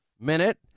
minute